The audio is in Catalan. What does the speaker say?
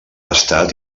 estat